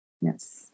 Yes